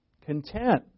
Content